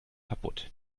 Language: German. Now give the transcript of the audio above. kapput